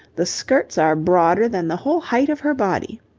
the skirts are broader than the whole height of her body.